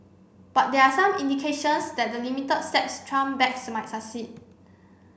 but there are some indications that the limited steps Trump backs might succeed